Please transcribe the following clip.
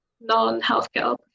non-healthcare